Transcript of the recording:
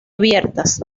abiertas